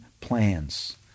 plans